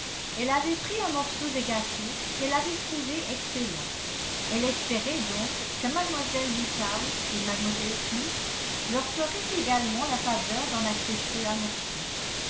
elle avait pris un morceau de gâteau qu'elle avait trouvé excellent elle espérait donc que mlle woodhouse et mlle smith leur ferait également la faveur d'en accepter un morceau